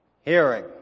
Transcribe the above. hearing